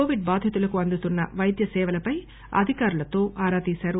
Covid బాధితులకు అందుతున్స వైద్య సేవలపై అధికారులతో ఆరా తీశారు